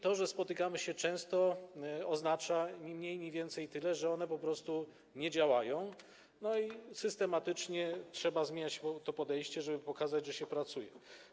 To, że spotykamy się często, oznacza ni mniej, ni więcej tyle, że one po prostu nie działają i systematycznie trzeba zmieniać to podejście, żeby pokazać, że się pracuje.